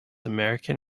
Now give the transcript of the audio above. american